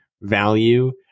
value